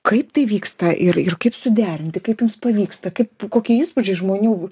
kaip tai vyksta ir ir kaip suderinti kaip jums pavyksta kaip kokie įspūdžiai žmonių